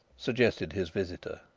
suggested his visitor.